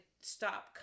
stop